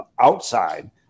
outside